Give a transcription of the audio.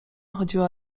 chodziła